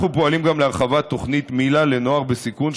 אנחנו פועלים גם להרחבת תוכנית מיל"ה לנוער בסיכון,